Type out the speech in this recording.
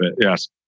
Yes